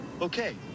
okay